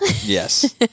Yes